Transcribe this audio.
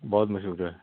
ਬਹੁਤ ਮਸ਼ਹੂਰ ਹੈ